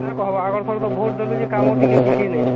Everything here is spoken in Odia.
ଏ କହିବା ଆଗ ଥର ତ ଭୋଟ ଦେଲୁ ଯେ କାମ ଟିକେ କିଛି ନାହିଁ